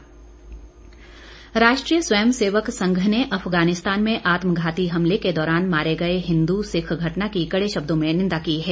रांगड़ा राष्ट्रीय स्वयं सेवक संघ ने अफगानिस्तान में आत्मघाती हमले के दौरान मारे गए हिंद सिख घटना की कडे शब्दों में निंदा की है